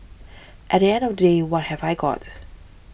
at the end of the day what have I got